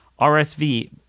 RSV